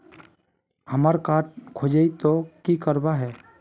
हमार कार्ड खोजेई तो की करवार है?